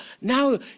now